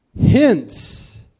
hence